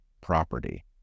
property